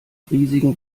riesigen